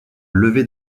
lever